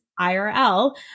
IRL